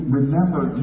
remember